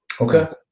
Okay